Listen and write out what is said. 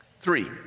Three